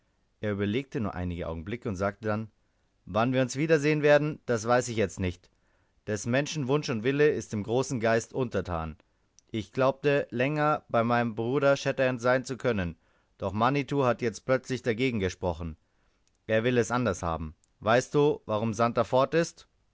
er überlegte nur einige augenblicke und sagte dann wann wir uns wiedersehen werden das weiß ich jetzt nicht des menschen wunsch und wille ist dem großen geist untertan ich glaubte länger bei meinem bruder shatterhand sein zu können doch manitou hat jetzt plötzlich dagegen gesprochen er will es anders haben weißt du warum santer fort ist